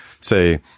say